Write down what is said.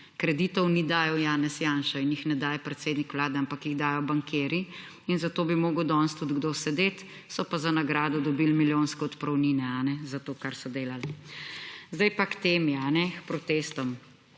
kreditov ni dajal Janez Janša in jih ne daje predsednik vlade, ampak jih dajo bankirji, in zato bi moral danes tudi kdo sedeti, so pa za nagrado dobili milijonske odpravnine, a ne, za to, kar so delali. Zdaj pa k temi, a ne.